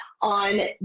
on